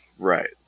Right